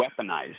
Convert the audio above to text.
weaponized